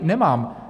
Nemám.